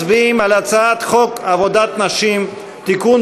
מצביעים על הצעת חוק עבודת נשים (תיקון,